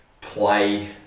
play